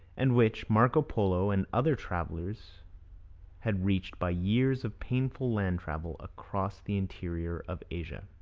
and which marco polo and other travellers had reached by years of painful land travel across the interior of asia.